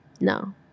No